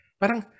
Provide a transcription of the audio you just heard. parang